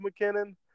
McKinnon